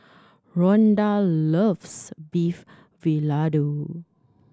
Ronda loves Beef Vindaloo